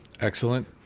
Excellent